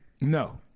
No